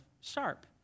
sharp